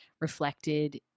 reflected